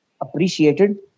appreciated